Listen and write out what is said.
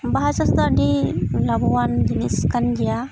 ᱵᱟᱦᱟ ᱪᱟᱥ ᱫᱚ ᱟᱹᱰᱤ ᱞᱟᱵᱷᱚᱵᱟᱱ ᱡᱤᱱᱤᱥ ᱠᱟᱱ ᱜᱮᱭᱟ